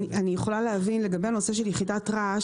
אני יכולה להבין לגבי יחידת רעש,